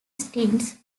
stints